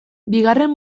bigarren